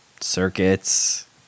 circuits